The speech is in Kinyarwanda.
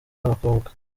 b’abakobwa